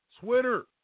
Twitter